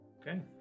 Okay